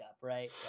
right